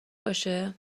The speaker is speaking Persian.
باشه